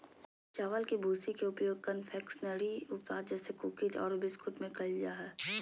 चावल के भूसी के उपयोग कन्फेक्शनरी उत्पाद जैसे कुकीज आरो बिस्कुट में कइल जा है